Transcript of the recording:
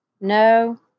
No